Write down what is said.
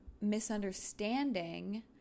misunderstanding